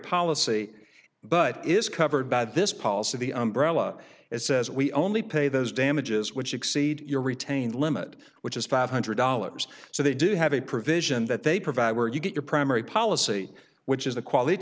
policy but is covered by this policy the umbrella it says we only pay those damages which exceed your retained limit which is five hundred dollars so they do have a provision that they provide where you get your primary policy which is a quality